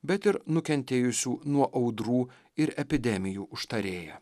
bet ir nukentėjusių nuo audrų ir epidemijų užtarėja